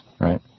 Right